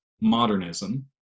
modernism